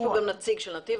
יש פה גם נציג של נתיב,